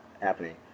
happening